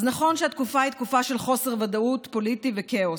אז נכון שהתקופה היא תקופה של חוסר ודאות פוליטי וכאוס,